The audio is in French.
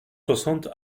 soixante